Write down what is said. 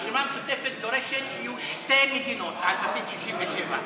הרשימה המשותפת דורשת שיהיו שתי מדינות על בסיס 67',